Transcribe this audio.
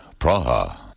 Praha